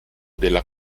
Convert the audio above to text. della